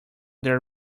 their